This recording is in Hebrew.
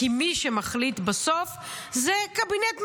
כי מי שמחליט בסוף זה קבינט מצומצם.